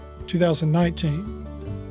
2019